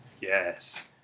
Yes